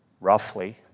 roughly